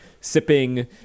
sipping